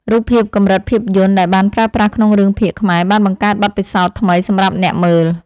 រូបភាពកម្រិតភាពយន្តដែលបានប្រើប្រាស់ក្នុងរឿងភាគខ្មែរបានបង្កើតបទពិសោធន៍ថ្មីសម្រាប់អ្នកមើល។